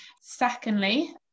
Secondly